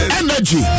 energy